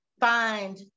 find